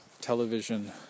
television